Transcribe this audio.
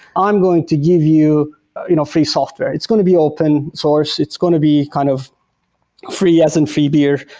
i'm going to give you you know free software. it's going to be open source. it's going to be kind of free as in free beer.